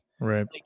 Right